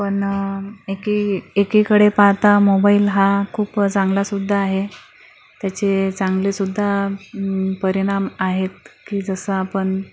पण एकी एकीकडे पाहता मोबाईल हा खूप चांगलासुद्धा आहे त्याचे चांगलेसुद्धा परिणाम आहेत की जसं आपण